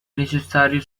necessario